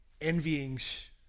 envyings